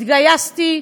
התגייסתי.